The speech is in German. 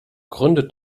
gründet